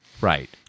Right